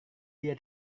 dia